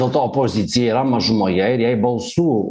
dėl to opozicija yra mažumoje ir jai balsų